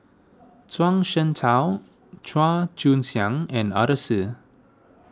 Zhuang Shengtao Chua Joon Siang and Arasu